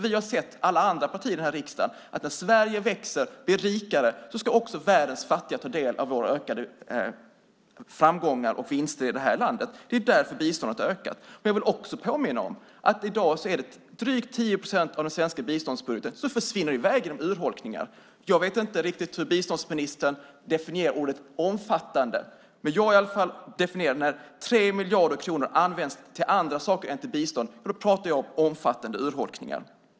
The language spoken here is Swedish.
Vi, alla andra partier i den här riksdagen, har sett att när Sverige växer och blir rikare ska också världens fattiga ta del av våra ökade framgångar och vinster i det här landet. Det är därför biståndet har ökat. Jag vill också påminna om att i dag är det drygt 10 procent av den svenska biståndsbudgeten som försvinner i väg genom urholkningar. Jag vet inte riktigt hur biståndsministern definierar ordet omfattande. Jag använder det i alla fall när 3 miljarder kronor används till andra saker än till bistånd. Då pratar jag om omfattande urholkningar.